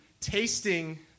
tasting